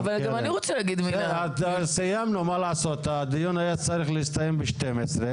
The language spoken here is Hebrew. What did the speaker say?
יאיר, תומר, נצטרך לשבת יום ארוך.